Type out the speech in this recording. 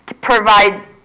provides